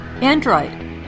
Android